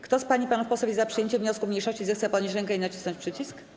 Kto z pań i panów posłów jest za przyjęciem wniosku mniejszości, zechce podnieść rękę i nacisnąć przycisk.